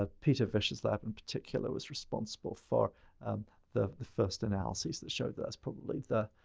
ah peter visscher's lab in particular was responsible for the the first analysis that showed that that's probably the,